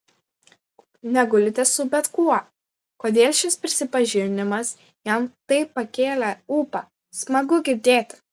negulite su bet kuo kodėl šis prisipažinimas jam taip pakėlė ūpą smagu girdėti